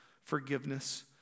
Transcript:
forgiveness